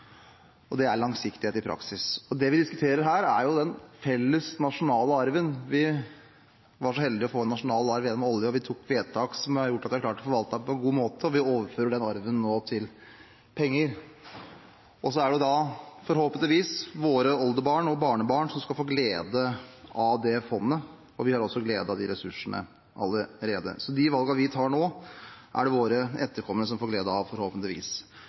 igjen. Det er langsiktighet i praksis. Det vi diskuterer her, er jo den felles nasjonale arven. Vi var så heldige å få en nasjonal arv gjennom olje. Vi har gjort vedtak som har gjort at vi har klart å forvalte den på en god måte, og vi gjør nå den arven om til penger. Så er det da forhåpentligvis våre oldebarn og barnebarn som skal få glede av det fondet – og vi har også glede av de ressursene allerede. Så de valgene vi tar nå, er det våre etterkommere som får glede av, forhåpentligvis.